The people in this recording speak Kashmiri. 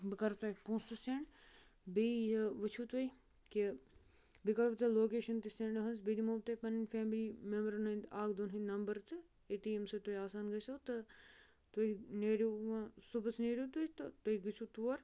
بہٕ کَرٕ تۄہہِ پونٛسہٕ تہٕ سٮ۪نٛڈ بیٚیہِ یہِ وٕچھُو تُہۍ کہِ بیٚیہِ کَرو بہٕ تۄہہِ لوکیشَن تہِ سٮ۪نٛڈ أہٕنٛز بیٚیہِ دِمو بہٕ تۄہہِ پَںٕںۍ فیملی مٮ۪مبرَن ہٕنٛدۍ اَکھ دۄن ہِنٛدۍ نمبر تہٕ أتی ییٚمۍ سۭتۍ تۄہہِ آسان گژھِوٕ تہٕ تُہۍ نیٖرِو وَ صُبحس نیٖرِو تُہۍ تہٕ تُہۍ گٔژھِو تور